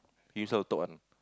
himself will talk one